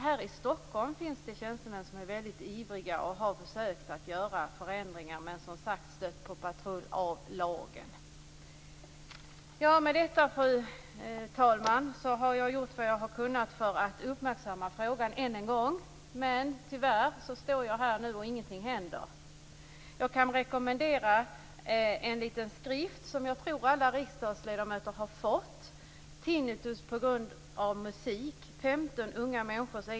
Här i Stockholm finns det tjänstemän som är ivriga och som har försökt att vidta förändringar - men har stött på patrull i lagen. Med detta, fru talman, har jag gjort vad jag har kunnat för att uppmärksamma frågan än en gång. Men tyvärr står jag här nu, och ingenting händer. Jag kan rekommendera en liten skrift som jag tror att alla riksdagsledamöter har fått: Tinnitus på grund av musik.